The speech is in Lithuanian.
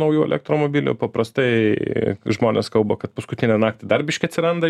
naujų elektromobilių paprastai žmonės kalba kad paskutinę naktį dar biškį atsiranda